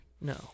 No